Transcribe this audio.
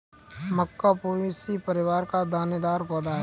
मक्का Poaceae परिवार का दानेदार पौधा है